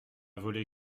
volé